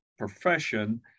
profession